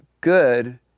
good